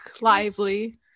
lively